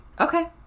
Okay